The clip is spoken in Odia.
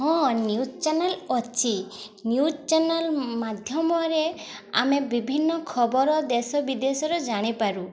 ହଁ ନ୍ୟୁଜ୍ ଚ୍ୟାନେଲ୍ ଅଛି ନ୍ୟୁଜ୍ ଚ୍ୟାନେଲ୍ ମାଧ୍ୟମରେ ଆମେ ବିଭିନ୍ନ ଖବର ଦେଶ ବିଦେଶର ଜାଣିପାରୁ